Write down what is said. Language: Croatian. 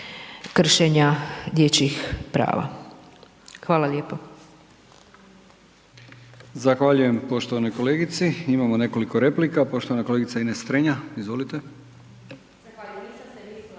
kršenja dječjih prava. Hvala lijepo.